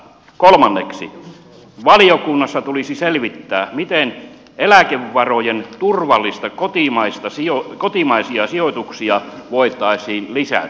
kolmanneksi valiokunnassa tulisi selvittää miten eläkevarojen turvallisia kotimaisia sijoituksia voitaisiin lisätä